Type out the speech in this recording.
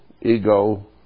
ego